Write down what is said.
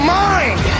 mind